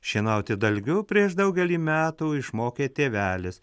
šienauti dalgiu prieš daugelį metų išmokė tėvelis